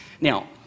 Now